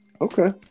Okay